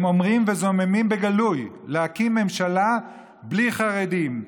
הם אומרים וזוממים בגלוי להקים ממשלה בלי חרדים,